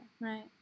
right